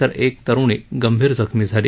तर एक तरुणी गंभीर जखमी झाली